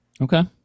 okay